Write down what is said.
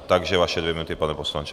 Takže vaše dvě minuty, pane poslanče.